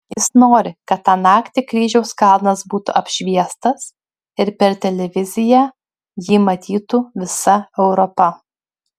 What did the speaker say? jis nori kad tą naktį kryžiaus kalnas būtų apšviestas ir per televiziją jį matytų visa europa